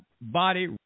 body